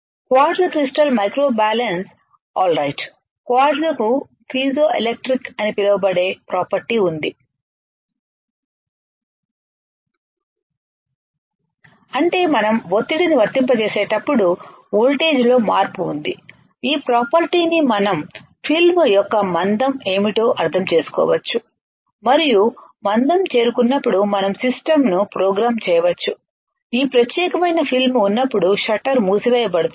quartz crystal microbalance alright క్వార్ట్జ్కు piezoelectric property అని పిలువబడే ప్రాపర్టీ ఉంది అంటే మనం ఒత్తిడిని వర్తింపజేసేటప్పుడు వోల్టేజ్లో మార్పు ఉంది ఈ ప్రాపర్టీ ని మనం ఫిల్మ్ యొక్క మందం ఏమిటో అర్థం చేసుకోవచ్చు మరియు మందం చేరుకున్నప్పుడు మనం సిస్టమ్ను ప్రోగ్రామ్ చేయవచ్చు ఈ ప్రత్యేకమైన ఫిల్మ్film ఉన్నప్పుడు షట్టర్ మూసివేయబడుతుంది